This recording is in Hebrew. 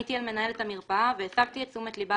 פניתי אל מנהלת המרפאה והסבתי את תשומת ליבה